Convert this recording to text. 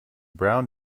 brown